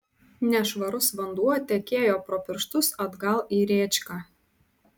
nešvarus vanduo tekėjo pro pirštus atgal į rėčką